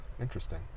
Interesting